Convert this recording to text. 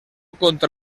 contra